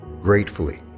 gratefully